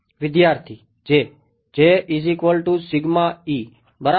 વિદ્યાર્થી J બરાબર